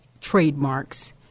trademarks